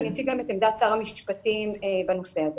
נציג גם את עמדת שר המשפטים בנושא הזה.